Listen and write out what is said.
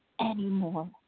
anymore